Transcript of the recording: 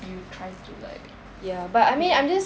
you try to like pay